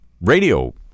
Radio